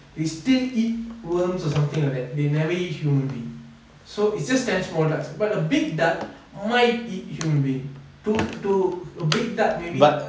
they still eat worms or something like that they never eat human so it's just ten small ducks but a big duck might eat human being to to a big duck maybe